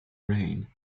reign